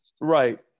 Right